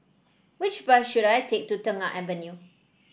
which bus should I take to Tengah Avenue